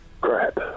crap